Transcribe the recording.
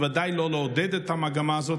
וודאי לא לעודד את המגמה הזאת,